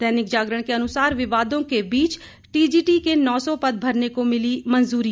दैनिक जागरण के अनुसार विवादों के बीच टीजीटी के नौ सौ पद भरने को मिली मंजूरी